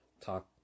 talk